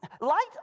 light